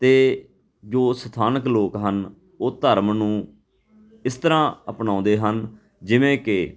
ਅਤੇ ਜੋ ਸਥਾਨਕ ਲੋਕ ਹਨ ਉਹ ਧਰਮ ਨੂੰ ਇਸ ਤਰ੍ਹਾਂ ਅਪਣਾਉਂਦੇ ਹਨ ਜਿਵੇਂ ਕਿ